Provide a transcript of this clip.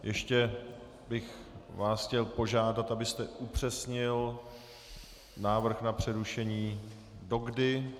Ještě bych vás chtěl požádat, abyste upřesnil návrh na přerušení do kdy.